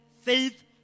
faith